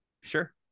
Sure